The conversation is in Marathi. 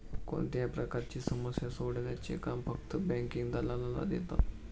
कोणत्याही प्रकारची समस्या सोडवण्याचे काम फक्त बँकिंग दलालाला देतात